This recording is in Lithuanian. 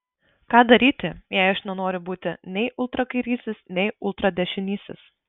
ką daryti jei aš nenoriu būti nei ultrakairysis nei ultradešinysis